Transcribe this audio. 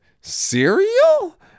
cereal